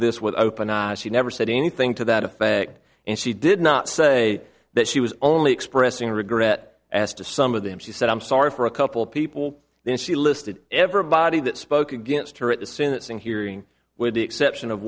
this with open eyes she never said anything to that effect and she did not say that she was only expressing regret as to some of them she said i'm sorry for a couple people then she listed everybody that spoke against her at the sentencing hearing with the exception of